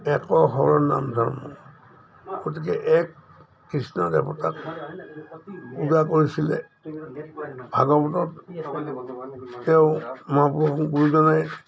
এক শৰণ নাম ধৰ্ম গতিকে এক কৃষ্ণ দেৱতাক পূজা কৰিছিলে ভাগৱতত তেওঁ মহাপুৰুষ গুৰুজনাই